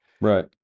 Right